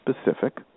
specific